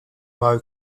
moe